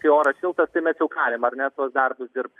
kai oras šiltas tai mes jau gali ar ne tuos darbus dirbt